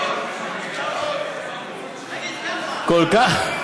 יכול להיות.